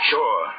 Sure